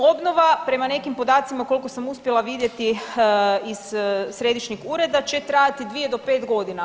Obnova prema nekim podacima, koliko sam uspjela vidjeti iz Središnjeg ureda će trajati 2-5 godina.